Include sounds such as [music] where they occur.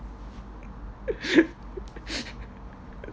[laughs]